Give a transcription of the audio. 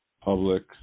Public